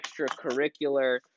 extracurricular